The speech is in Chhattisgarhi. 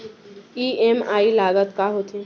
ई.एम.आई लागत का होथे?